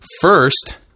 First